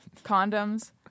Condoms